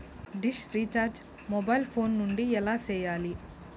dish recharge mobile phone నుండి ఎలా సేయాలి